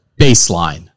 baseline